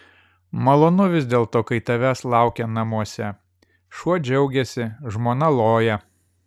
malonu vis dėlto kai tavęs laukia namuose šuo džiaugiasi žmona loja